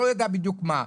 לא יודע בדיוק מה.